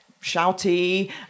shouty